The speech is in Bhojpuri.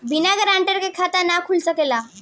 बिना गारंटर के खाता नाहीं खुल सकेला?